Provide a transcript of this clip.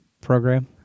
program